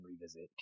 revisit